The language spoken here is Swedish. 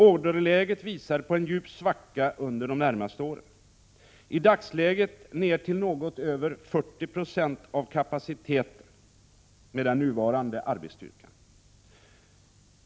Orderläget visar på en djup svacka under de närmaste åren, i dagsläget ned till något över 40 96 av kapaciteten med den nuvarande arbetsstyrkan.